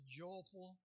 joyful